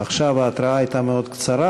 עכשיו ההתראה הייתה מאוד קצרה,